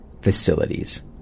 facilities